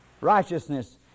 Righteousness